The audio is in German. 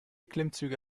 klimmzüge